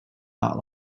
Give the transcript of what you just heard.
not